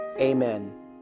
amen